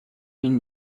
این